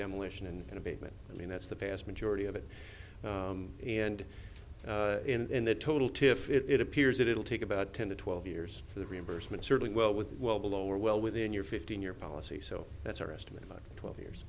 demolition and abatement i mean that's the vast majority of it and in the total too if it appears that it'll take about ten to twelve years for the reimbursement certainly well with well below or well within your fifteen year policy so that's our estimate of twelve years